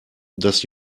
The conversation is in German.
dass